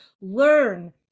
learn